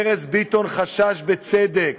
ארז ביטון חשש, בצדק,